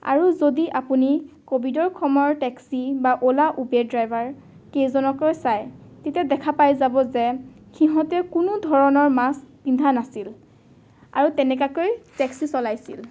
আৰু যদি আপুনি ক'ভিডৰ সময়ৰ টেক্সি বা অ'লা উবেৰ ড্ৰাইভাৰকেইজনকে চায় তেতিয়া দেখা পাই যাব যে সিহঁতে কোনো ধৰণৰ মাস্ক পিন্ধা নাছিল আৰু তেনেকৈ টেক্সি চলাইছিল